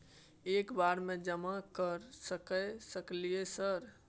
एक बार में जमा कर सके सकलियै सर?